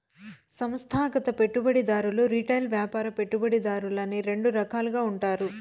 సంస్థాగత పెట్టుబడిదారులు రిటైల్ వ్యాపార పెట్టుబడిదారులని రెండు రకాలుగా ఉంటారు